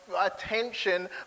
attention